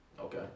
okay